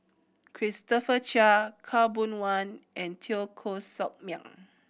Christopher Chia Khaw Boon Wan and Teo Koh Sock Miang